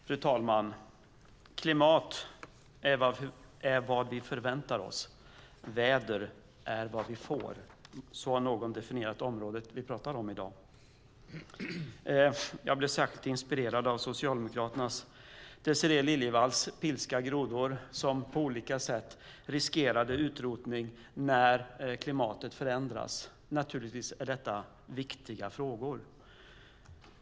Fru talman! Klimat är vad vi förväntar oss, väder är vad vi får. Så har någon definierat det område som vi talar om i dag. Jag blev särskilt inspirerad av socialdemokraten Désirée Liljevalls pilska grodor som på olika sätt riskerar utrotning när klimatet förändras. Naturligtvis är detta viktiga frågor.